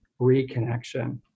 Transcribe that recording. reconnection